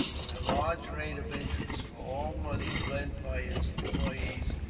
where a large rate of interest, for all monies lent by its employees,